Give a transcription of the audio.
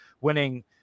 winning